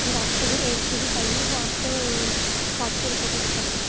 और आपको जो एक के जी चाहिए वो आपको सात सौ रुपए किलो पड़ेगा